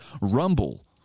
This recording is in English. Rumble